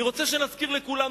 אני רוצה שנזכיר לכולנו,